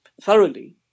thoroughly